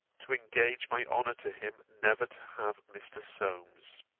to engage my honour to him never to have mr. solmes